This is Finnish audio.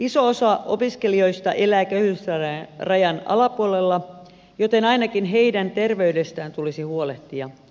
iso osa opiskelijoista elää köyhyysrajan alapuolella joten ainakin heidän terveydestään tulisi huolehtia